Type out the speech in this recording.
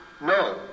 No